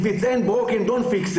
אם זה לא שבור, אל תתקן.